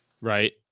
right